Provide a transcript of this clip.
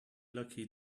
lucky